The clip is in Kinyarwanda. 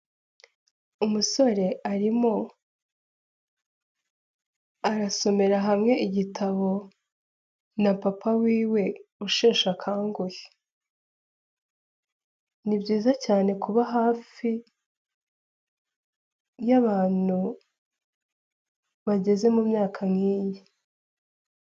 Umusore arimo arasomera hamwe igitabo na papa w'iwe usheshe akanguhe, ni byiza cyane kuba hafi y'abantu bageze mu myaka nk'ikiyi.